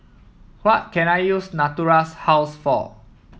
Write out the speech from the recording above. what can I use Natura House for